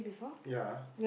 ya